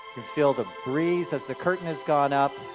feel the breeze as the curtain has gone up,